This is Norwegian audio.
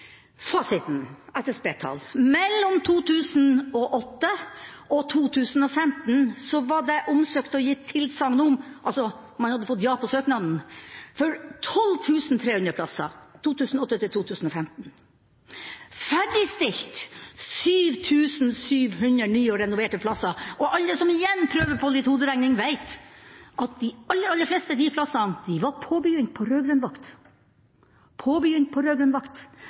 Fasiten – SSB-tall – er: Mellom 2008 og 2015 var det omsøkt og gitt tilsagn om – man hadde altså fått ja på søknaden – 12 300 plasser. Det var ferdigstilt 7 700 nye og renoverte plasser. Alle som prøver på litt hoderegning, vet at de aller, aller fleste av de plassene var påbegynt på rød-grønn vakt – påbegynt på